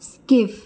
skip